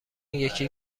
یکی